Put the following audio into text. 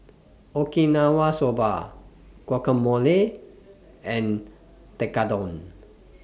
Okinawa Soba Guacamole and Tekkadon